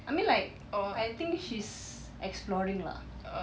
I mean like I think she's exploring lah